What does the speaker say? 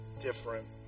different